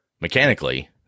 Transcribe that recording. mechanically